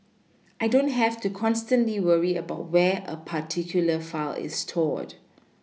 I don't have to constantly worry about where a particular file is stored